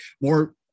more